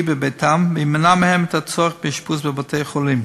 בביתם ותמנע מהם את הצורך באשפוז בבתי-חולים,